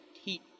heat